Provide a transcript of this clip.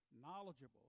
knowledgeable